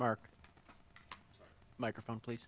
mark microphone please